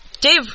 Dave